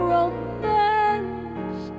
Romance